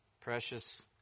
precious